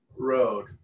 road